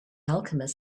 alchemist